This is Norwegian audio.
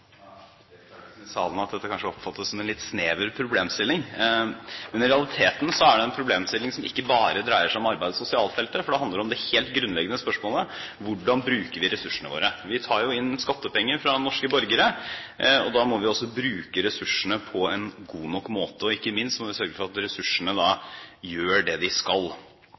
i salen at dette kanskje oppfattes som en litt snever problemstilling. Men i realiteten er det en problemstilling som ikke bare dreier seg om arbeids- og sosialfeltet, for det handler om det helt grunnleggende spørsmålet: Hvordan bruker vi ressursene våre? Vi tar jo inn skattepenger fra norske borgere, og da må vi også bruke ressursene på en god nok måte. Ikke minst må vi sørge for at ressursene gjør det de skal.